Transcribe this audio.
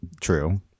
true